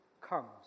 comes